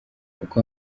uko